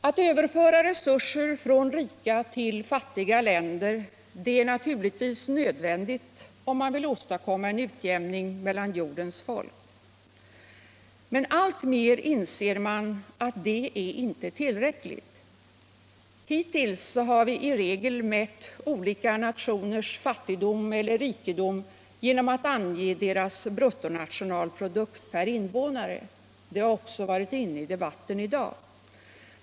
Att överföra resurser från rika ull fattiga länder är nödvändigt om man vill åstadkomma en utlämning mellan jordens folk. Men alltmer inser man att detta inte är tillräckligt. Hitulls har vi i regel mätt olika nationers fattigdom celler rikedom genom att ange deras bruttonationalprodukt per invånare — det har också varit fallet i dagens debatt.